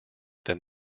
than